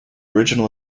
original